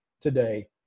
today